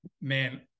man